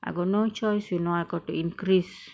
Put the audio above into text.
I got no choice you know I got to increase